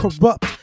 Corrupt